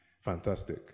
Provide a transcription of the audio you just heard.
fantastic